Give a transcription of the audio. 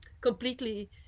completely